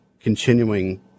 continuing